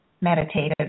meditative